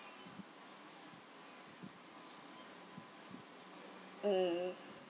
mm